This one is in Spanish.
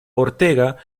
ortega